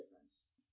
difference